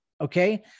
Okay